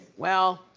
well,